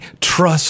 trust